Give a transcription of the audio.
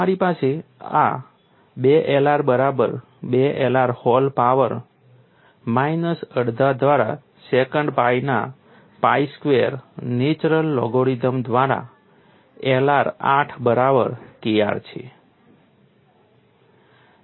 તમારી પાસે આ 2Lr બરાબર 2Lr હોલ પાવર માઇનસ અડધા દ્વારા સેકન્ટ pi ના pi સ્ક્વેર નેચરલ લોગરિધમ દ્વારા Lr 8 બરાબર Kr છે